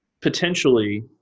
potentially